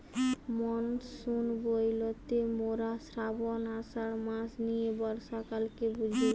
monsoon বইলতে মোরা শ্রাবন, আষাঢ় মাস নিয়ে বর্ষাকালকে বুঝি